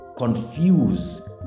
confuse